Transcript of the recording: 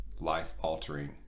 life-altering